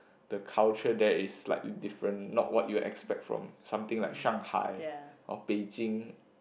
the culture there is like different not what you expect from something like Shanghai or Beijing